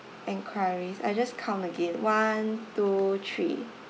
enquiries I'll just count again one two three